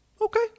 okay